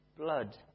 blood